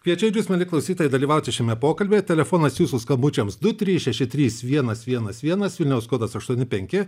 kviečiu ir jus mieli klausytojai dalyvauti šiame pokalbyje telefonas jūsų skambučiams du trys šeši trys vienas vienas vienas vilniaus kodas aštuoni penki